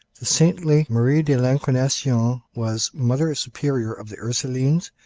the saintly marie de l'incarnation was mother superior of the ursulines,